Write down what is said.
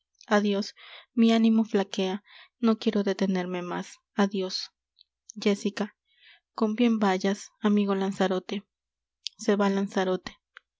adios mi ánimo flaquea no quiero detenerme más adios jéssica con bien vayas amigo lanzarote se va lanzarote